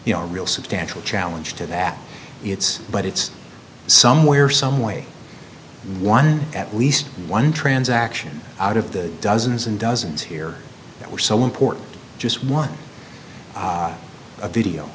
a real substantial challenge to that it's but it's somewhere some way one at least one transaction out of the dozens and dozens here that were so important just want a video